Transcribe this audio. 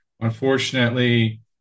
Unfortunately